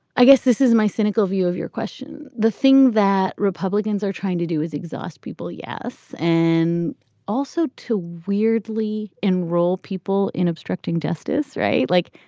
i guess this is my cynical view of your question. the thing that republicans are trying to do is exhaust people. yes. and also to weirdly enroll people in obstructing justice. right. like,